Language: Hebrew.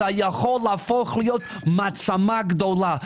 היא יכולה להפוך להיות מעצמה גדולה.